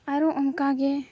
ᱟᱨᱚ ᱚᱱᱠᱟᱜᱮ